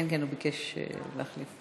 כן, הוא ביקש להחליף.